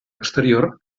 exterior